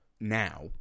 now